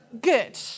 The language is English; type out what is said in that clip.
Good